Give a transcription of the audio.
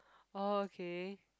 okay